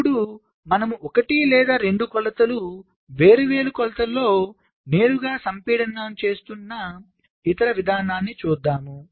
ఇప్పుడు మనము ఒకటి లేదా 2 కొలతలు వేర్వేరు కొలతలలో నేరుగా సంపీడనం చేస్తున్న ఇతర విధానాన్ని చూద్దాం